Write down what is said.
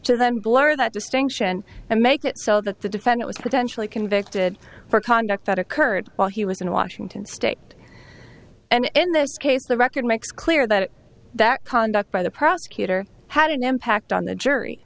to them blur that distinction and make it so that the defendant was potentially convicted for conduct that occurred while he was in washington state and in this case the record makes clear that that conduct by the prosecutor had an impact on the jury